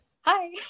Hi